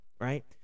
Right